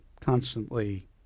constantly